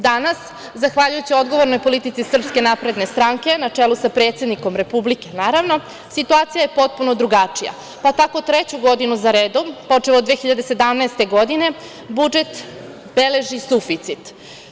Danas, zahvaljujući odgovornoj politici SNS, na čelu sa predsednikom republike naravno, situacija je potpuno drugačija, pa tako treću godinu za redom, počev od 2017. godine, budžet beleži suficit.